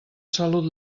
salut